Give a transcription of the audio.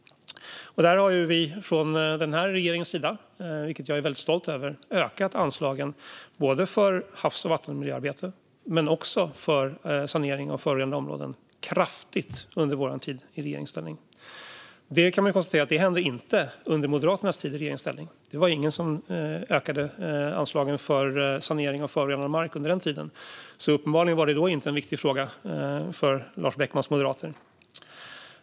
Jag är stolt över att regeringen kraftigt har ökat anslagen för havs och vattenmiljöarbetet och för sanering av förorenade områden. Jag konstaterar att det inte hände under Moderaternas tid i regeringsställning. Det var ingen som ökade anslagen för sanering av förorenad mark under den tiden. Uppenbarligen var det då inte en viktig fråga för Lars Beckmans moderater.